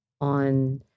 on